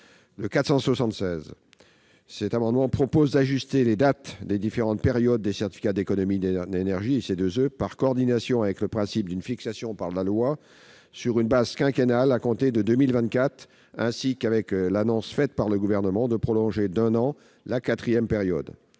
n° 476, nous proposons d'ajuster les dates des différentes périodes des CEE par coordination avec le principe d'une fixation par la loi, sur une base quinquennale, à compter de 2024, ainsi qu'avec l'annonce faite par le Gouvernement de prolonger d'un an la quatrième période.